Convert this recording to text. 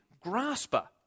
grasper